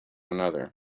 another